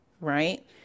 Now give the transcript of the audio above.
right